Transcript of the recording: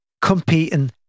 competing